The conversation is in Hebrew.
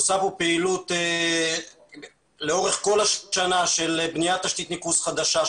עושה כאן פעילות לאורך כל השנה של בניית תשתית ניקוז חדשה,